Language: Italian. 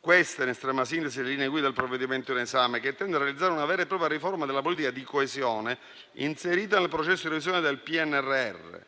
Queste sono, in estrema sintesi, le linee guida del provvedimento in esame, che intende realizzare una vera e propria riforma della politica di coesione inserita nel processo di revisione del PNRR,